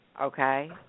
okay